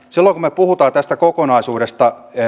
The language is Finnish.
silloin kun me puhumme tästä kokonaisuudesta